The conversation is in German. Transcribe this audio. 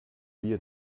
wir